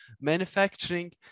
manufacturing